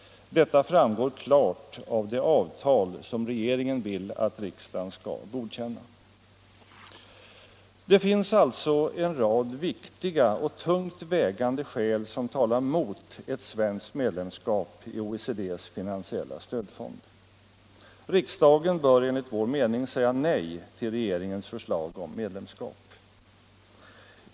Detta framgår klart av det avtal som regeringen vill att riksdagen skall godkänna. Det finns alltså en rad viktiga och tungt vägande skäl som talar mot ett svenskt medlemskap i OECD:s finansiella stödfond. Riksdagen bör enligt vår mening säga nej till regeringens förslag om medlemskap.